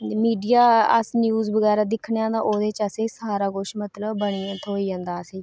media अस news बगैरा दिक्खने आं ओह्दे च अस सारा किश मतलब बने दा थ्होई जंदा असेंगी